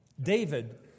David